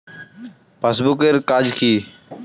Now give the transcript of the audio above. Passbook এর কাজ কি?